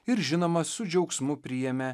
ir žinoma su džiaugsmu priėmė